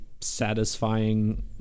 satisfying